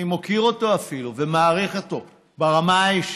אני מוקיר אותו אפילו, ומעריך אותו ברמה האישית.